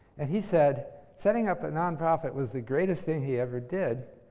and he said setting up a nonprofit was the greatest thing he ever did,